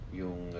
yung